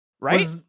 right